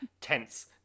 tense